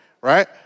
right